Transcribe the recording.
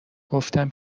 گفتم